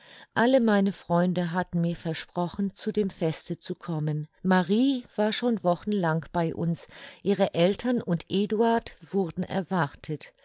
alle meine freunde hatten mir versprochen zu dem feste zu kommen marie war schon wochenlang bei uns ihre eltern und eduard wurden erwartet